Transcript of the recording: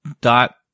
dot